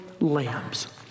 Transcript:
lambs